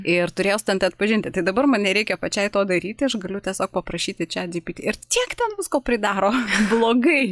ir turėjo stentai atpažinti tai dabar man nereikia pačiai to daryti aš galiu tiesiog paprašyti čat džipiti ir tiek ten visko pridaro blogai